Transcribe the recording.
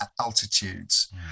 altitudes